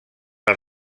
els